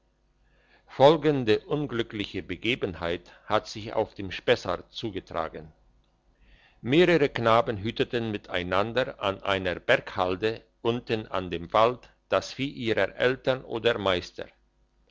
folgende unglückliche begebenheit hat sich auf dem spessart zugetragen mehrere knaben hüteten miteinander an einer berghalde unten an dem wald das vieh ihrer eltern oder meister